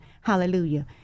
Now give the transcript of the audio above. Hallelujah